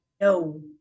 no